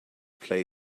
play